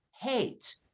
hate